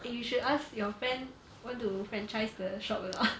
eh you should ask your friend want to franchise the shop or not